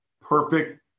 perfect